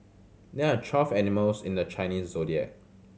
there are twelve animals in the Chinese Zodiac